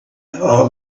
all